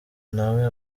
nawe